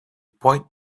point